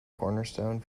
cornerstone